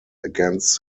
against